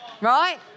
right